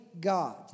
God